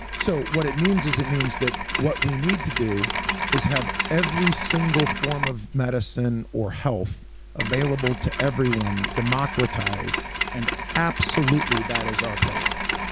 so what it means is it means that what we need to do is have every single form of medicine or health available to everyone democratized and absolutely, that is our priority.